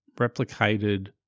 replicated